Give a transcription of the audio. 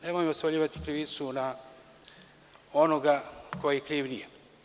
Nemojmo svaljivati krivicu na onoga koji kriv nije.